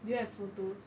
do you have photos